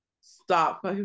stop